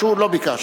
לא ביקשת.